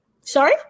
Sorry